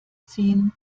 ziehen